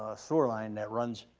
ah sewer line that runs,